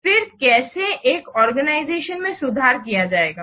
फिर कैसे एक आर्गेनाईजेशन में सुधार किया जाएगा